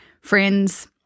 friends